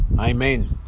Amen